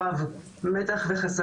עמותת קרן קרויצפלד-יעקב.